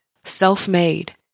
self-made